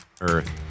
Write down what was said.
earth